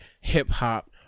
hip-hop